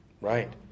Right